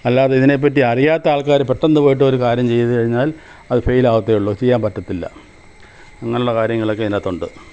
അല്ലാതിതിനേപ്പറ്റി അറിയാത്ത ആൾക്കാര് പെട്ടെന്ന് പോയിട്ട് ഒരു കാര്യം ചെയ്തുകഴിഞ്ഞാൽ അത് ഫെയിലാവത്തെ ഉള്ളു ചെയ്യാമ്പറ്റത്തില്ല അങ്ങനുള്ള കാര്യങ്ങളൊക്കെ ഇതിന്റകത്തുണ്ട്